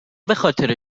بخاطر